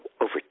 over